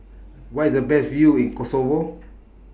Where IS The Best View in Kosovo